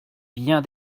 bien